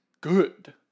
good